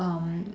um